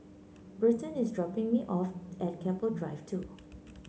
Burton is dropping me off at Keppel Drive Two